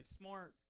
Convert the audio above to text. smart